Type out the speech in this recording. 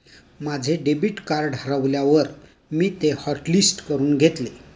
माझे debit card हरवल्यावर मी ते हॉटलिस्ट करून घेतले